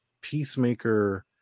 peacemaker